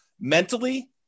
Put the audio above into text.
mentally